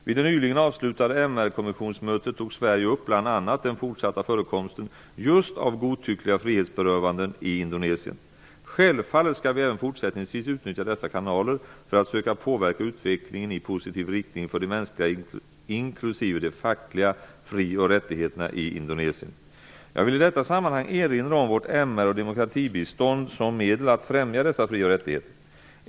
Vid det nyligen avslutade MR kommissionsmötet tog Sverige upp bl.a. den fortsatta förekomsten just av godtyckliga frihetsberövanden i Indonesien. Självfallet skall vi även fortsättningsvis utnyttja dessa kanaler för att söka påverka utvecklingen i positiv riktning för de mänskliga inklusive de fackliga fri och rättigheterna i Indonesien. Jag vill i detta sammanhang erinra om vårt MR och demokratibistånd såsom medel att främja dessa frioch rättigheter.